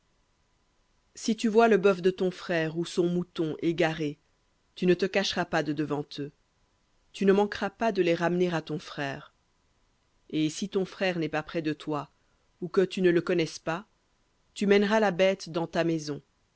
si tu vois le bœuf de ton frère ou son mouton égarés tu ne te cacheras pas de devant eux tu ne manqueras pas de les ramener à ton frère et si ton frère n'est pas près de toi ou que tu ne le connaisses pas tu mèneras la bête dans ta maison